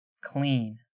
clean